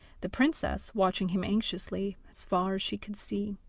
the princess watching him anxiously as far as she could see.